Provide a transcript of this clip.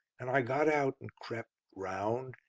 and i got out and crept, round,